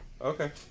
Okay